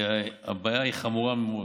הבעיה היא חמורה מאוד.